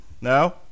No